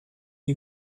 you